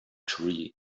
tree